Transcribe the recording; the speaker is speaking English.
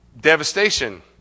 devastation